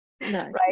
right